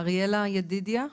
אריאלה ידידיה,